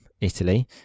Italy